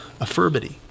affirmity